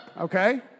Okay